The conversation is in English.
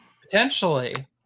potentially